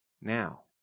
now